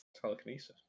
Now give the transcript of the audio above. Telekinesis